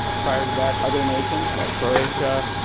prior to that, other nations like croatia,